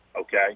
okay